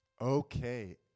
Okay